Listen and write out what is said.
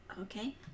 okay